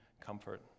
Comfort